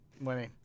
winning